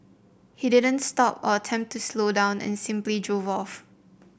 he didn't stop or attempt to slow down and simply drove off